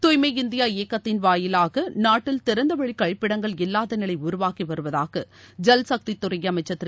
தூய்மை இந்தியா இயக்கத்தின் வாயிலாக நாட்டில் திறந்த வெளி கழிப்பிடங்கள் இல்லாத நிலை உருவாகி வருவதாக ஜல் கக்தித் துறை அமைச்சர் திரு